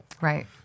Right